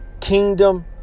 kingdom